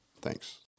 thanks